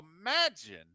imagine